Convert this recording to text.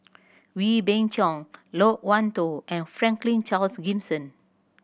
Wee Beng Chong Loke Wan Tho and Franklin Charles Gimson